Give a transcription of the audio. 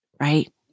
Right